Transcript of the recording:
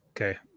Okay